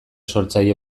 sortzaile